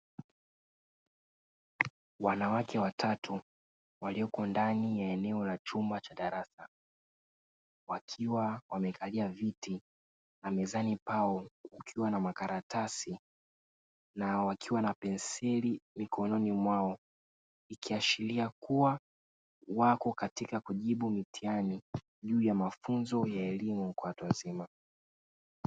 Wanawake watatu walioko ndani ya eneo la chumba cha darasa, wakiwa wamekalia viti na mezani pao kukiwa na makaratasi, na wakiwa na penseli mikononi mwao, ikiashiria kuwa wako katika kujibu mtihani, juu ya mafunzo ya elimu ya watu wazima.